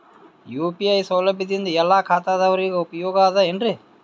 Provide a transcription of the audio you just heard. UPI ಸೌಲಭ್ಯದಿಂದ ಎಲ್ಲಾ ಖಾತಾದಾವರಿಗ ಉಪಯೋಗ ಅದ ಏನ್ರಿ?